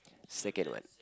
second one